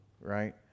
right